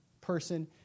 person